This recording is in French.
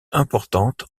importante